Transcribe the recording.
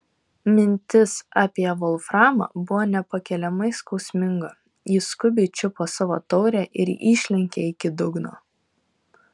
mintis apie volframą buvo nepakeliamai skausminga ji skubiai čiupo savo taurę ir išlenkė iki dugno